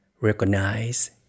recognize